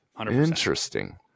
interesting